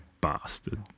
bastard